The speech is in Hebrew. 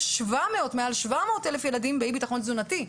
יש מעל 700,000 ילדים באי ביטחון תזונתי,